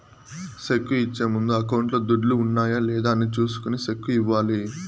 cheque ఇచ్చే ముందు అకౌంట్లో దుడ్లు ఉన్నాయా లేదా అని చూసుకొని సెక్కు ఇవ్వాలి